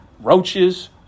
roaches